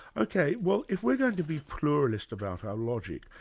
ok, well if we're going to be pluralist about our logic,